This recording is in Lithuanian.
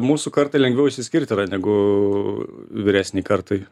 mūsų kartai lengviau išsiskirti yra negu vyresnei kartai